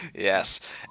Yes